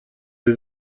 sie